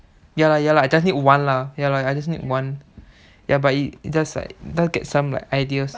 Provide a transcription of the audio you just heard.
ya ya lah I just need one lah ya I just need one ya but it's just like just get some like ideas